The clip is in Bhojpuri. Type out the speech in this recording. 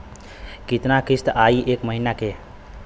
कितना किस्त आई एक महीना के?